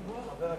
חבר הכנסת.